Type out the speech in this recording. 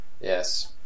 Yes